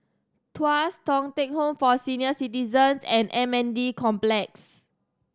Tuas Thong Teck Home for Senior Citizens and M N D Complex